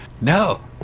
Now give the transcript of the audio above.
No